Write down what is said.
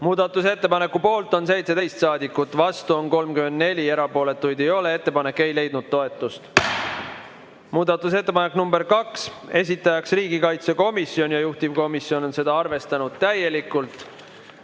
Muudatusettepaneku poolt on 17 saadikut, vastu on 34, erapooletuid ei ole. Ettepanek ei leidnud toetust. Muudatusettepanek nr 2, esitaja on riigikaitsekomisjon ja juhtivkomisjon on seda arvestanud täielikult.